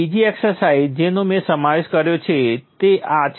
બીજી એક્સરસાઇઝ જેનો મેં સમાવેશ કર્યો છે તે આ છે